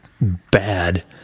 bad